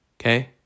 okay